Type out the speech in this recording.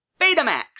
Betamax